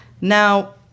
Now